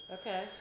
Okay